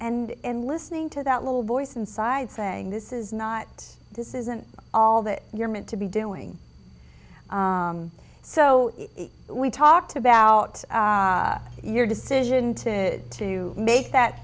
and listening to that little voice inside saying this is not this isn't all that you're meant to be doing so we talked about your decision to to make that